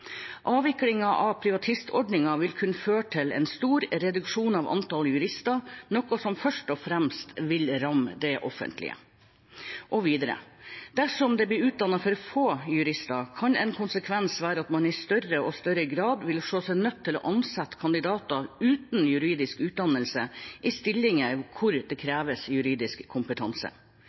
av privatistordningen vil kunne føre til en stor reduksjon av antallet jurister noe som først og fremst vil ramme det offentlige. Videre: Dersom det blir utdannet for få jurister, kan en konsekvens være at man i større og større grad vil se seg nødt til å ansette kandidater uten juridisk utdannelse i stillinger hvor det kreves juridisk kompetanse.